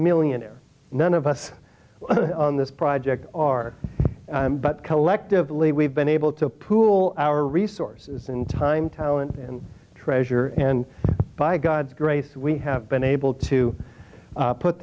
millionaire none of us on this project are but collectively we've been able to pool our resources and time talent and treasure and by god's grace we have been able to